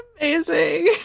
amazing